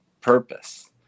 purpose